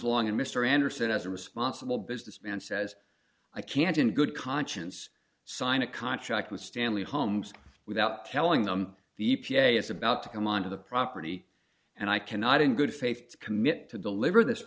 along and mr anderson as a responsible businessman says i can't in good conscience sign a contract with stanley homes without telling them the e p a is about to come onto the property and i cannot in good faith commit to deliver this